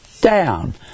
down